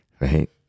right